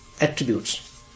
attributes